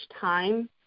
time